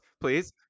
Please